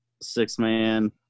six-man